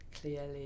clearly